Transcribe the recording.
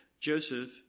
Joseph